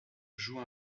joue